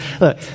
Look